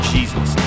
Jesus